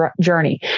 journey